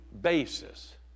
basis